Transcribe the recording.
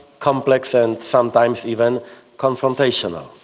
complex and sometimes even confrontational.